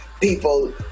people